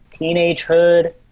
teenagehood